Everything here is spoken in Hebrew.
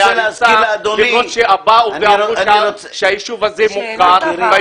הריסה --- למרות שהיישוב הזה --- והיו